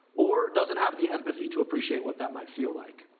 or doesn't have the empathy to appreciate what that might feel like.